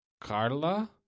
Carla